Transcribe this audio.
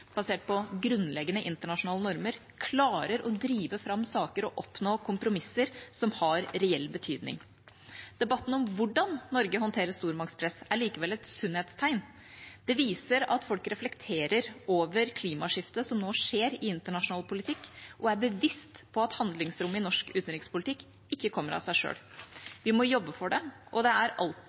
basert på grunnleggende internasjonale normer, klarer å drive fram saker og oppnå kompromisser som har reell betydning. Debatten om hvordan Norge håndterer stormaktspress, er likevel et sunnhetstegn. Den viser at folk reflekterer over klimaskiftet som nå skjer i internasjonal politikk, og er bevisst på at handlingsrommet i norsk utenrikspolitikk ikke kommer av seg selv. Vi må jobbe for det, og det